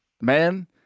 Man